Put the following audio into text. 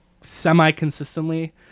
semi-consistently